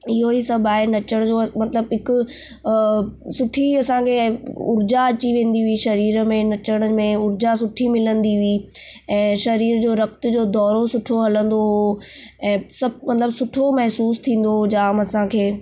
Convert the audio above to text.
इहो ई सभु आहे नचण जो मतलबु हिक सुठी असांखे ऊर्जा अची वेंदी हुई शरीर में नचण में ऊर्जा सुठी मिलंदी हुई ऐं शरीर जो रक्त जो दौरो सुठो हलंदो हुओ ऐं सभु मतलबु सुठो महिसूसु थींदो हो जामु असांखे